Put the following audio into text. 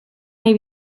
may